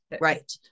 Right